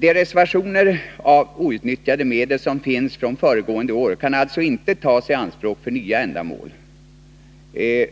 De reservationer av medel som kvarstår outnyttjade från föregående år kan alltså inte tas i anspråk för nya ändamål. När det